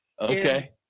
Okay